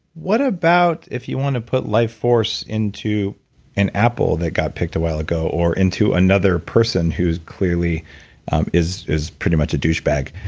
what about if you want to put life force into an apple that got picked a while ago or into another person who clearly um is is pretty much a douchebag?